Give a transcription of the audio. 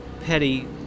petty